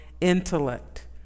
Intellect